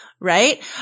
Right